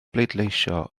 bleidleisio